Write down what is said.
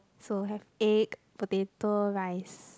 so have egg potato rice